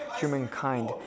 humankind